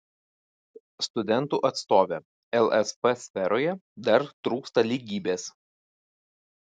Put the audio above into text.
studentų atstovė lsp sferoje dar trūksta lygybės